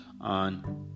on